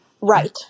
Right